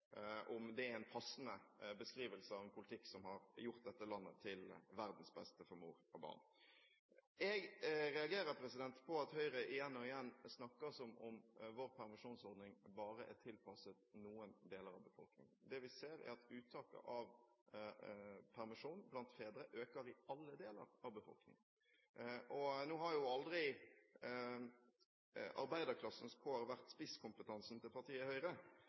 om det er en passende beskrivelse av en politikk som har gjort dette landet til verdens beste for mor og barn. Jeg reagerer på at Høyre igjen og igjen snakker som om vår permisjonsordning bare er tilpasset noen deler av befolkningen. Det vi ser, er at uttaket av permisjon blant fedre øker i alle deler av befolkningen. Nå har jo aldri arbeiderklassens kår vært spisskompetansen til partiet Høyre,